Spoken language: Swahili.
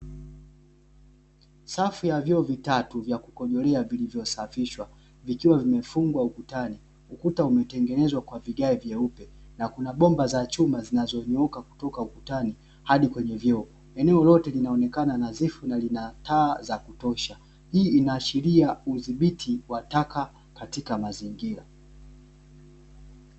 Safu ya vyoo vitatu vya kukojolea vilivyosafishwa vikiwa vimefungwa ukutani. Ukuta umetengenezwa kwa vigae vyeupe na kuna bomba za chuma zinazonyooka kutoka ukutani hadi kwenye vyoo. Eneo lote linaonekana nadhifu na lina taa za kutosha. Hii inaashiria udhibiti wa taka katika mazingira.